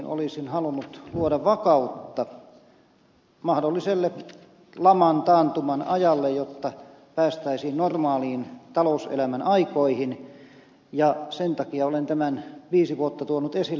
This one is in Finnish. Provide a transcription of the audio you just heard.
olisin halunnut luoda vakautta mahdolliselle laman taantuman ajalle jotta päästäisiin normaalin talouselämän aikoihin ja sen takia olen tämän viisi vuotta tuonut esille